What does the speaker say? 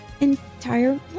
entire